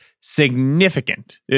significant